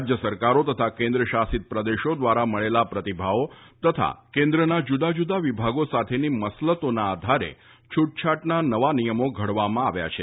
રાજ્ય સરકારો તથા કેન્દ્ર શાસિત પ્રદેશો દ્વારા મળેલા પ્રતિભાવો તથા કેન્દ્રના જુદાં જુદાં વિભાગો સાથેની મસલતોના આધારે છૂટછાટના નવા નિયમો ધડવામાં આવ્યા છે